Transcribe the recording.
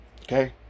Okay